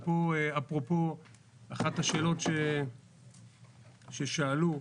אפרופו אחת השאלות ששאלו,